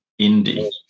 indie